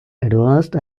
advanced